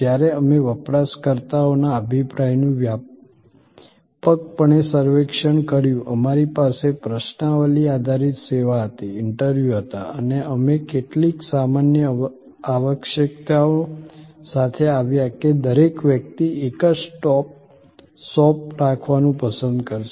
જ્યારે અમે વપરાશકર્તાઓના અભિપ્રાયનું વ્યાપકપણે સર્વેક્ષણ કર્યું અમારી પાસે પ્રશ્નાવલિ આધારિત સેવા હતી ઇન્ટરવ્યુ હતા અને અમે કેટલીક સામાન્ય આવશ્યકતાઓ સાથે આવ્યા કે દરેક વ્યક્તિ એક જ સ્ટોપ શોપ રાખવાનું પસંદ કરશે